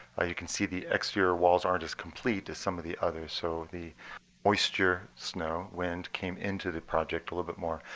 you can see the exterior walls aren't as complete as some of the others. so the moisture, snow, wind came into the project a little bit more.